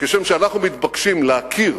וכשם שאנחנו מתבקשים להכיר